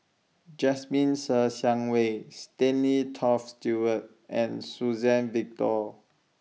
Jasmine Ser Xiang Wei Stanley Toft Stewart and Suzann Victor